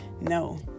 no